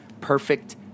Perfect